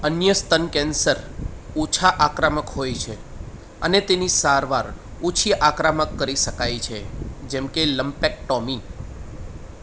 અન્ય સ્તન કેન્સર ઓછા આક્રમક હોય છે અને તેની સારવાર ઓછી આક્રમક કરી શકાય છે જેમ કે લમ્પેક્ટોમી